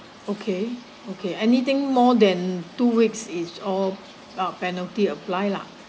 okay okay anything more than two weeks is all ah penalty apply lah